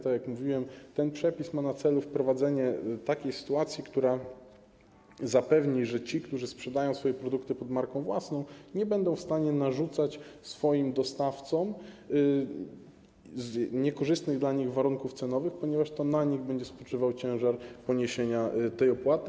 Tak jak mówiłem, ten przepis ma na celu wprowadzenie takiej sytuacji, która zapewni, że ci, którzy sprzedają swoje produkty pod marką własną, nie będą w stanie narzucać swoim dostawcom niekorzystnych dla nich warunków cenowych, ponieważ to na nich będzie spoczywał ciężar poniesienia tej opłaty.